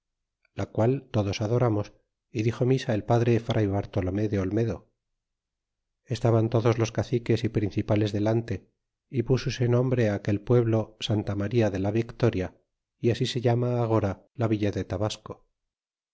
la qual todos adoramos y dixo misa el padre fray bartolome de olmedo y estaban todos los caciques y principales delante y púsose nombre a aquel pueblo santa maría de la victoria y así se llama agora la villa de tabasco